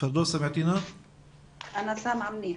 הילדה המהממת שנהרגה בקלות דעת,